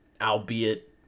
albeit